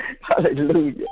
Hallelujah